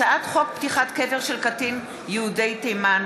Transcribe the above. הצעת חוק פתיחת קבר של קטין יהודי תימן,